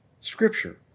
scripture